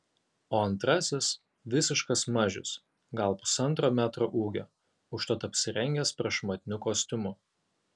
o antrasis visiškas mažius gal pusantro metro ūgio užtat apsirengęs prašmatniu kostiumu